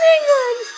England